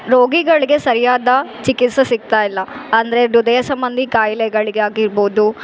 ರೋಗಿಗಳಿಗೆ ಸರಿಯಾದ ಚಿಕಿತ್ಸೆ ಸಿಗ್ತಾಯಿಲ್ಲ ಅಂದರೆ ಹೃದಯ ಸಂಬಂಧಿ ಕಾಯಿಲೆಗಳಿಗೆ ಆಗಿರ್ಬೌದು